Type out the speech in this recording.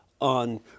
on